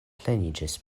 pleniĝis